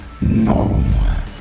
no